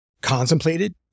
contemplated